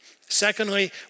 Secondly